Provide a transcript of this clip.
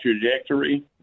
trajectory